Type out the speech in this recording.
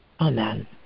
Amen